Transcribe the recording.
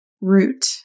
Root